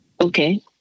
okay